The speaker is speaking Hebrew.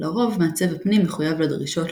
לרוב מעצב הפנים מחויב לדרישות,